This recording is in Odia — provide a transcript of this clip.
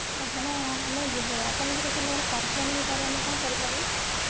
ଆପଣ ଆମେ ଯିବୁ ଆପଣ ଟିକିଏ ସେଇ ଜାଗାରେ କନଫର୍ମ ନହେଇପାରିବେ ଆମେ କ'ଣ କରିପାରିବୁ